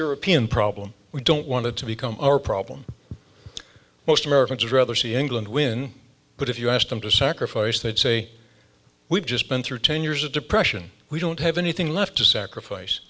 european problem we don't want it to become a problem most americans would rather see angle and win but if you ask them to sacrifice they'd say we've just been through ten years of depression we don't have anything left to sacrifice